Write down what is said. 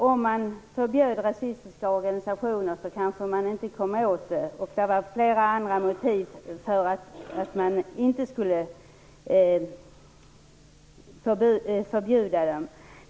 Om man förbjöd rasistiska organisationer kanske man inte kom åt detta, och det fanns flera andra motiv för att man inte skulle förbjuda organisationerna.